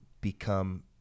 become